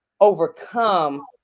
overcome